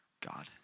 God